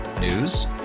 News